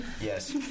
Yes